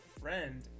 friend